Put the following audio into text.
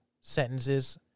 sentences